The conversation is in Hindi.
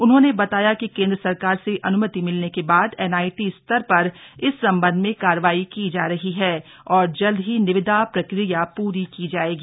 उन्होंने बताया कि केंद्र सरकार से अनुमति मिलने के बाद एनआईटी स्तर पर इस संबंध में कार्रवाई की जा रही है और जल्द ही निविदा प्रक्रिया पूरी की जाएगी